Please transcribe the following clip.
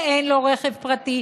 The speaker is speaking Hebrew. ואין לו רכב פרטי,